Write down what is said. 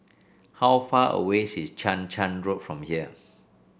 how far away is Chang Charn Road from here